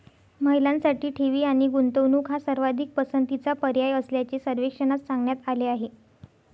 महिलांसाठी ठेवी आणि गुंतवणूक हा सर्वाधिक पसंतीचा पर्याय असल्याचे सर्वेक्षणात सांगण्यात आले आहे